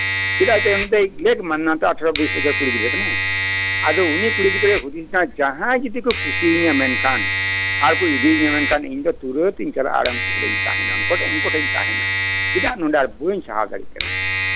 ᱪᱮᱫᱟᱜ ᱥᱮ ᱩᱱᱤ ᱫᱚ ᱟᱴᱷᱟᱨᱳ ᱵᱤᱥ ᱵᱚᱪᱷᱚᱨ ᱨᱮᱱ ᱠᱩᱲᱤ ᱜᱤᱫᱽᱨᱟᱹ ᱠᱟᱱᱟᱭ ᱟᱫᱚ ᱩᱱᱤ ᱠᱩᱲᱤ ᱜᱤᱫᱽᱨᱟᱹᱭ ᱦᱩᱫᱤᱥ ᱮᱫᱟ ᱡᱟᱦᱟᱸᱭ ᱡᱩᱫᱤ ᱠᱚ ᱠᱩᱥᱤ ᱤᱧᱟᱹ ᱢᱮᱱᱠᱷᱟᱱ ᱟᱨ ᱠᱚ ᱤᱫᱤᱭᱤᱭᱟᱹ ᱢᱮᱱᱠᱷᱟᱱ ᱤᱧ ᱫᱚ ᱛᱩᱨᱟᱹᱫ ᱤᱧ ᱪᱟᱞᱟᱜᱼᱟ ᱟᱨ ᱩᱱᱠᱩ ᱴᱷᱮᱱᱮᱧ ᱛᱟᱦᱮᱱᱟ ᱪᱮᱫᱟᱜ ᱱᱚᱰᱮ ᱵᱟᱹᱧ ᱥᱟᱦᱟᱣ ᱫᱟᱲᱮᱭᱟᱜ ᱠᱟᱱᱟ